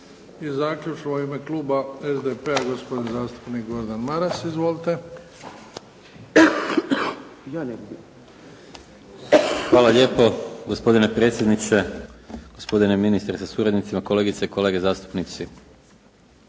Hvala lijepo gospodine predsjedniče, gospodine ministre sa suradnicima, kolegice i kolege zastupnici.